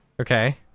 okay